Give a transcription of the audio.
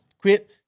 quit